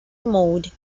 mode